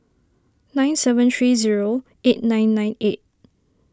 nine seven three zero eight nine nine eight